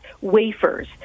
Wafers